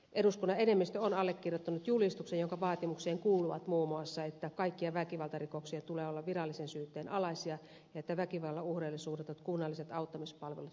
eduskunnan enemmistö on allekirjoittanut julistuksen jonka vaatimuksiin kuuluvat muun muassa että kaikkien väkivaltarikoksien tulee olla virallisen syytteen alaisia ja että väkivallan uhreille suunnatut kunnalliset auttamispalvelut kirjataan lakiin